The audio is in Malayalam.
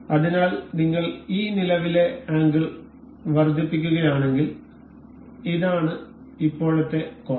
അതിനാൽ നിങ്ങൾ ഈ നിലവിലെ ആംഗിൾ വർദ്ധിപ്പിക്കുകയാണെങ്കിൽ ഇതാണ് ഇപ്പോഴത്തെ കോൺ